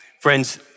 Friends